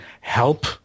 help